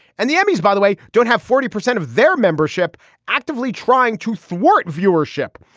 and the emmys by the way don't have forty percent of their membership actively trying to thwart viewership.